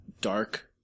dark